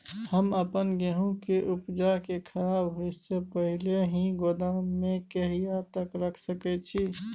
हम अपन गेहूं के उपजा के खराब होय से पहिले ही गोदाम में कहिया तक रख सके छी?